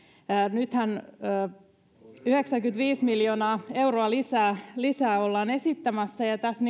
nythän yhdeksänkymmentäviisi miljoonaa euroa lisää lisää ollaan esittämässä ja tässä